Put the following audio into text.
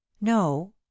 no